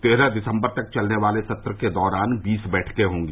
तेरह दिसम्बर तक चलने वाले सत्र के दौरान बीस बैठकें होंगी